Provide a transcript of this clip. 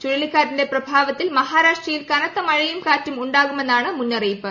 ചുഴലിക്കാറ്റിന്റെ പ്രഭാവത്തിൽ മൃഹ്ാരാഷ്ട്രയിൽ കനത്ത മഴയും കാറ്റും ഉണ്ടാകുമെന്നാണ് മുന്നറിയിപ്പ്